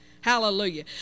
Hallelujah